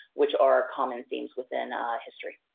which are common themes within history.